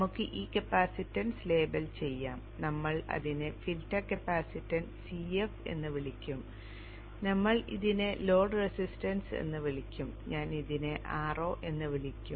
നമുക്ക് ഈ capacitance label ചെയ്യാം നമ്മൾ അതിനെ ഫിൽട്ടർ കപ്പാസിറ്റൻസ് Cf എന്ന് വിളിക്കും നമ്മൾ ഇതിനെ ലോഡ് റെസിസ്റ്റൻസ് എന്ന് വിളിക്കും ഞാൻ അതിനെ Ro എന്ന് വിളിക്കും